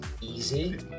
easy